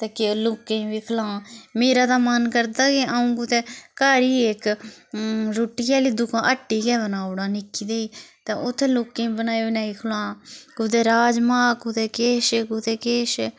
ते लोकें बी खलां मेरा ते मन करदा कि आ'ऊं कुतै घर ई इक रुट्टी आह्ली दुकान हट्टी गै बनाउड़ा निक्की देई ते उत्थैं लोकें बनाई बनाई खलां कुदै राजमां कुदै किश कुदै किश